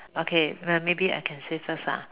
okay maybe I can say first ah